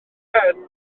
pen